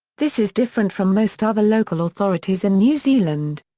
this is different from most other local authorities in new zealand.